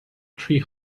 three